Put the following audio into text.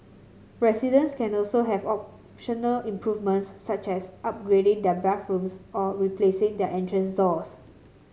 residents can also have optional improvements such as upgrading their bathrooms or replacing their entrance doors